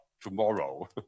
tomorrow